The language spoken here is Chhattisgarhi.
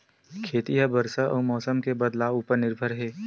खेती हा बरसा अउ मौसम के बदलाव उपर निर्भर हे